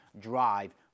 drive